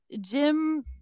jim